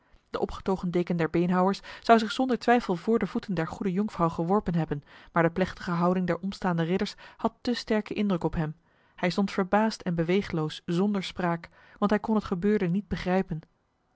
de opgetogen deken der beenhouwers zou zich zonder twijfel voor de voeten der goede jonkvrouw geworpen hebben maar de plechtige houding der omstaande ridders had te sterke indruk op hem hij stond verbaasd en beweegloos zonder spraak want hij kon het gebeurde niet begrijpen